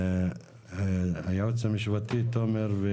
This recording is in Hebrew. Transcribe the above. היועץ המשפטי, תומר,